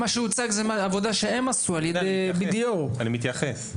מה שהוצג זה עבודה שהם עשו על ידי BDO. אני מתייחס.